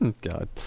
God